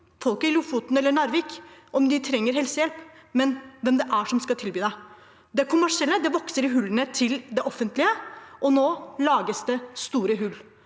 nord, i Lofoten eller Narvik, trenger helsehjelp, men hvem som skal tilby dem det. De kommersielle tilbyderne vokser i hullene til det offentlige, og nå lages det store hull.